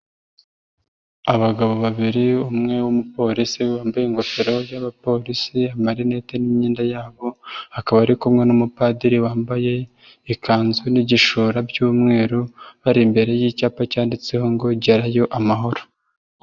Abagabo babiri umwe w'umuporisi wambaye ingofero y'abaporisi amarineti n'imyenda yabo akaba ari kumwe n'umupadiri wambaye ikanzu n'igishura by'umweru bari imbere y'icyapa cyanditseho ngo gerayo amahoro.